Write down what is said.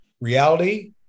reality